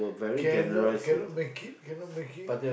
cannot cannot make it cannot make it